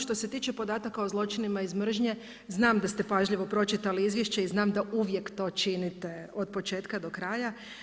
Što se tiče podataka o zločinima iz mržnje znam da ste pažljivo pročitali izvješće i znam da uvijek to činite od početka do kraja.